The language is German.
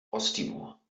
osttimor